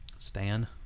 Stan